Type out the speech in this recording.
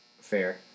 Fair